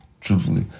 truthfully